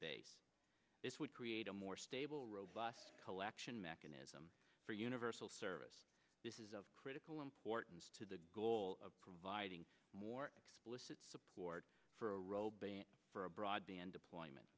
base this would create a more stable robust collection mechanism for universal service this is of critical importance to the goal of providing more explicit support for a robot for a broadband deployment